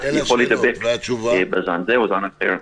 יכול להידבק בזן זה או זן אחר.